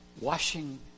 washing